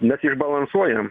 mes išbalansuojam